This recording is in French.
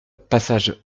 passage